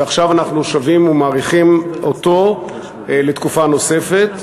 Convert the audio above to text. ועכשיו אנחנו שבים ומאריכים אותו לתקופה נוספת,